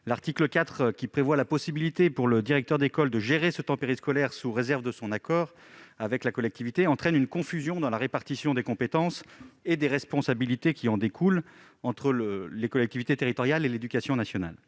L'article 4, qui prévoit la possibilité pour le directeur d'école de gérer ce temps périscolaire, sous réserve de son accord, avec la collectivité, entraîne une confusion dans la répartition des compétences et des responsabilités qui en découlent entre les collectivités territoriales et l'éducation nationale.